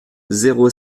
zéro